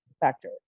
factor